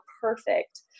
perfect